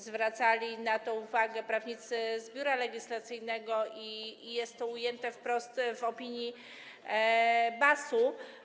Zwracali na to uwagę prawnicy z Biura Legislacyjnego i jest to ujęte wprost w opinii BAS-u.